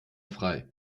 frei